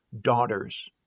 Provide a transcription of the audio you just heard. daughters